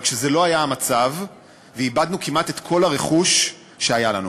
רק שזה לא היה המצב ואיבדנו כמעט את כל הרכוש שהיה לנו.